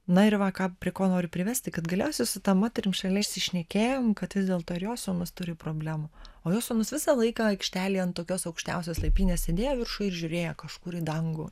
na ir va ką prie ko noriu privesti kad galiausiai su ta moterim šalia išsišnekėjom kad vis dėlto ir jos sūnus turi problemų o jos sūnus visą laiką aikštelėj ant tokios aukštiausios laipynės sėdėjo viršuj ir žiūrėjo kažkur į dangų